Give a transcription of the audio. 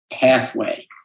pathway